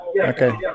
Okay